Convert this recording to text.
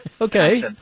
Okay